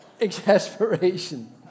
Exasperation